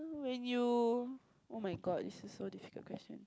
when you oh-my-God this is so difficult question